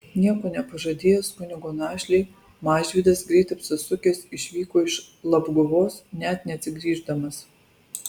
nieko nepažadėjęs kunigo našlei mažvydas greit apsisukęs išvyko iš labguvos net neatsigrįždamas